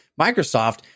Microsoft